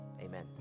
Amen